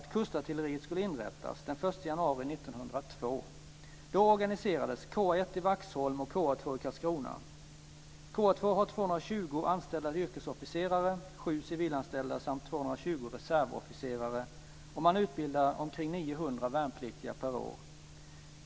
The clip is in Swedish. KA 2 har 220 anställda yrkesofficerare, 7 civilanställda samt 220 reservofficerare, och man utbildar omkring 900 värnpliktiga per år.